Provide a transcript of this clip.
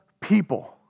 people